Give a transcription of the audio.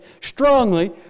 strongly